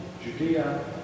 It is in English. Judea